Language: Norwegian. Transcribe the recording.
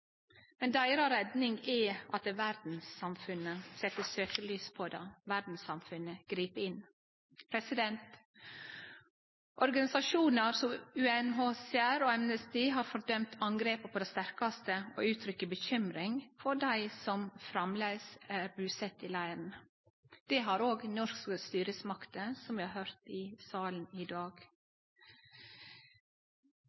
Men deira redning er at verdssamfunnet set søkjelyset på dei, og at verdssamfunnet grip inn. Organisasjonar som UNHCR og Amnesty har fordømt angrepet på det sterkaste og uttrykkjer bekymring for dei som framleis er busette i leiren. Det har òg norske styresmakter, som vi har høyrt i salen i dag.